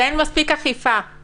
שאין מספיק אכיפה.